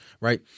Right